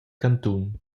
cantun